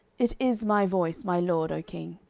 it is my voice, my lord, o king.